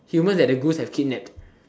humans that the ghouls have kidnapped